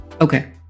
Okay